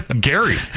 Gary